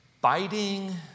Biting